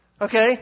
okay